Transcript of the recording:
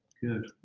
Good